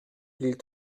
ils